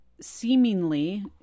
seemingly